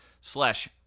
slash